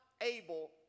able